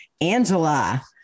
Angela